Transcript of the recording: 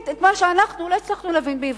את מה שאנחנו לא הצלחנו להבין בעברית.